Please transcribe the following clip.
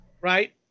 right